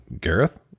Gareth